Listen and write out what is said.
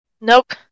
Nope